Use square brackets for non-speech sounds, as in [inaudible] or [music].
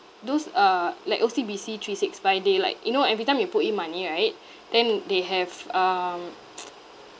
those uh like O_C_B_C three six five day like you know every time you put in money right then they have um [noise]